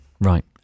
Right